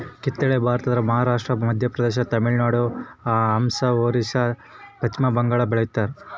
ಕಿತ್ತಳೆ ಭಾರತದ ಮಹಾರಾಷ್ಟ್ರ ಮಧ್ಯಪ್ರದೇಶ ತಮಿಳುನಾಡು ಅಸ್ಸಾಂ ಒರಿಸ್ಸಾ ಪಚ್ಚಿಮಬಂಗಾಳದಾಗ ಬೆಳಿತಾರ